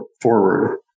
forward